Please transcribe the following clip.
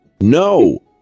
no